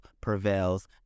prevails